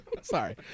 Sorry